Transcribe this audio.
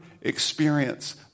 experience